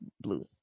blue